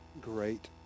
great